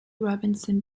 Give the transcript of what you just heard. robinson